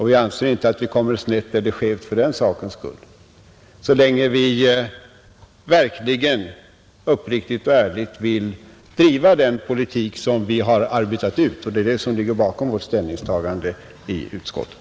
Vi anser inte att vi kommer snett eller skevt för den sakens skull, så länge vi verkligen uppriktigt och ärligt vill driva den politik som vi har arbetat ut. Det är detta som ligger bakom vårt 51